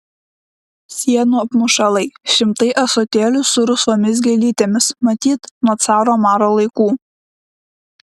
sienų apmušalai šimtai ąsotėlių su rausvomis gėlytėmis matyt nuo caro maro laikų